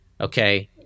okay